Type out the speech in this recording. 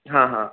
हां हां